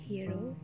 Hero